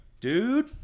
Dude